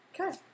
okay